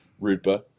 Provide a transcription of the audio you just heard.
Rupa